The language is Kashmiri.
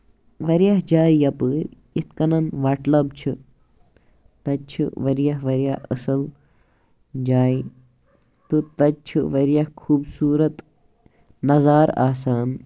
واریاہ جایہِ یَپاری یَتھۍ کَنن وَٹلَب چھُ تَتہِ چھُ واریاہ واریاہ اَصٕل جایہِ تہٕ تَتہِ چھُ واریاہ خوٗبصوٗرت نَظارٕ آسان